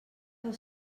els